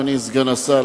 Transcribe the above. אדוני סגן השר.